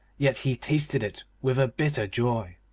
yet he tasted it with a bitter joy.